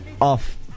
off